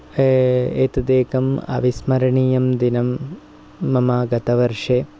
एतत् एकम् अविस्मरणीयं दिनं मम गतवर्षे